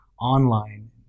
online